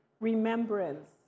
remembrance